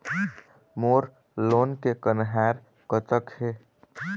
मोर loan के कन्हार कतक हे?